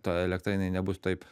ta elektra jinai nebus taip